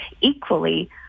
Equally